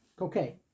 Okay